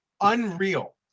unreal